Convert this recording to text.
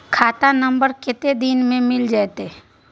खाता नंबर कत्ते दिन मे मिल जेतै?